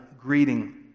greeting